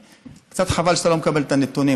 קצת חבל שאתה לא מקבל את הנתונים,